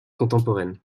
contemporaine